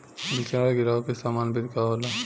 बिचड़ा गिरावे के सामान्य विधि का होला?